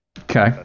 Okay